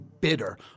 bitter